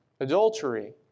adultery